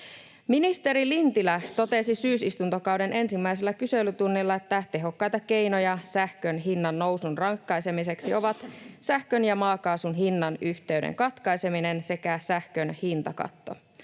Ministeri Lintilä totesi syysistuntokauden ensimmäisellä kyselytunnilla, että tehokkaita keinoja sähkön hinnannousun ratkaisemiseksi ovat sähkön ja maakaasun hinnan yhteyden katkaiseminen sekä sähkön hintakatto.